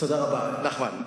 תודה רבה, נחמן.